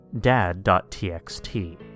dad.txt